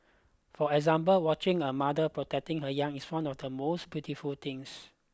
for example watching a mother protecting her young is one of the most beautiful things